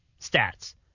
stats